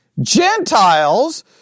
Gentiles